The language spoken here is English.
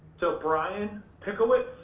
so brian pickowitz.